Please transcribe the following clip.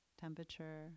temperature